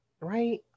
right